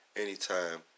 anytime